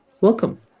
Welcome